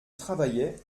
travaillais